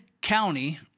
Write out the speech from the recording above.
County